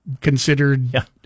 considered